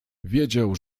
wiedział